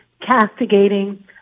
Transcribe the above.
castigating